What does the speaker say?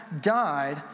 died